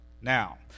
Now